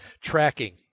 tracking